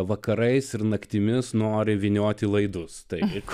vakarais ir naktimis nori vynioti laidus taip